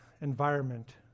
environment